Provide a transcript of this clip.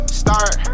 start